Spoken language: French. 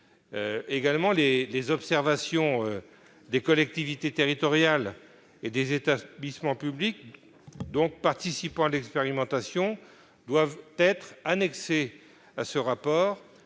l'intérieur. Les observations des collectivités territoriales et des établissements publics participant à l'expérimentation doivent être annexées à ce rapport.